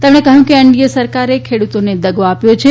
તેમણે કહ્યું કે એનડીએ સરકારે ખેડૂતોને દગો આપ્યો છે